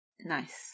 Nice